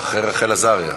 סעיפים 1 13 נתקבלו.